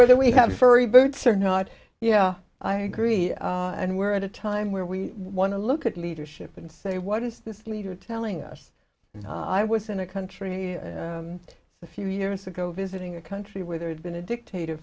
whether we have furry birds or not yeah i agree and we're at a time where we want to look at leadership and say what is this leader telling us and i was in a country a few years ago visiting a country where there had been a dictator